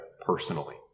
personally